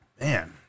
Man